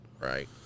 right